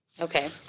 Okay